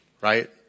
right